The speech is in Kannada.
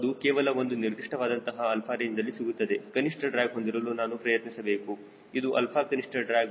ಅದು ಕೇವಲ ಒಂದು ನಿರ್ದಿಷ್ಟವಾದಂತಹ 𝛼 ರೇಂಜ್ದಲ್ಲಿ ಸಿಗುತ್ತದೆ ಕನಿಷ್ಠ ಡ್ರ್ಯಾಗ್ಹೊಂದಿರಲು ನಾನು ಪ್ರಯತ್ನಿಸಬೇಕು ಇದು 𝛼 ಕನಿಷ್ಠ ಡ್ರ್ಯಾಗ್